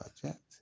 project